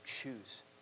choose